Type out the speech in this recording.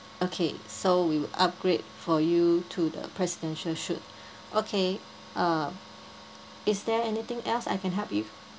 okay so we will upgrade for you to the presidential suite okay uh is there anything else I can help you